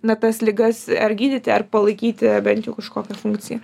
na tas ligas ar gydyti ar palaikyti bent jau kažkokią funkciją